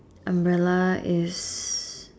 umbrella is